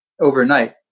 overnight